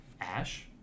Ash